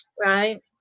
right